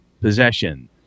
possession